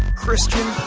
christian